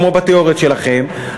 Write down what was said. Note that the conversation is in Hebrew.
כמו בתיאוריות שלכם,